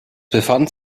befand